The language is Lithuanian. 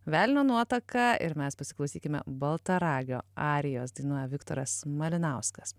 velnio nuotaka ir mes pasiklausykime baltaragio arijos dainuoja viktoras malinauskas